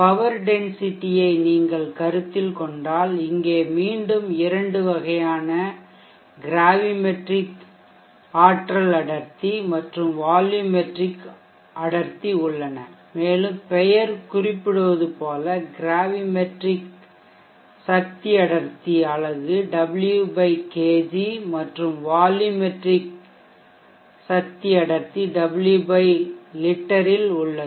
power density ஆற்றல் அடர்த்தியை நீங்கள் கருத்தில் கொண்டால் இங்கே மீண்டும் இரண்டு வகையான கிராவிமெட்ரிக் ஆற்றல் அடர்த்தி மற்றும் வால்யயூமெட்ரிக் அடர்த்தி உள்ளன மேலும் பெயர் குறிப்பிடுவது போல கிராவிமெட்ரிக் சக்தி அடர்த்தி அலகு W kg மற்றும் வால்யூமெட்ரிக் சக்தி அடர்த்தி W லிட்டரில் உள்ளது